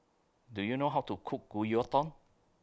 Do YOU know How to Cook Gyudon